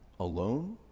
alone